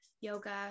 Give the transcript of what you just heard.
yoga